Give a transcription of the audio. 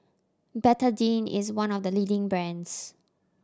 Betadine is one of the leading brands